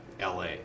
LA